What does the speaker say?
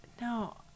No